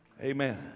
amen